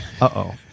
uh-oh